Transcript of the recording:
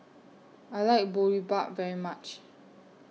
I like Boribap very much